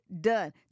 done